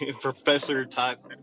Professor-type